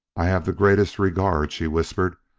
i have the greatest regard, she whispered,